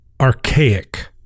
archaic